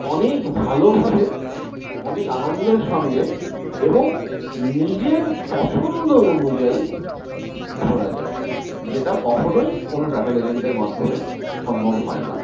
অনেক ভালোভাবে অনেক আনন্দের সঙ্গে এবং নিজের পছন্দ অনুযায়ী ঘোরা যায় যেটা কখনই কোনো ট্রাভেল এজেন্টের মাধ্যমে সম্ভব হয় না